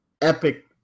epic